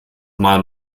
mal